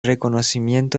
reconocimiento